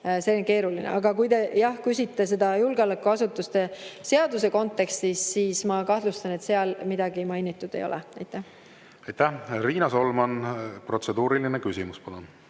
on keeruline. Aga kui te küsite seda julgeolekuasutuste seaduse kontekstis, siis ma kahtlustan, et seal midagi [sellist] mainitud ei ole. Aitäh! Riina Solman, protseduuriline küsimus,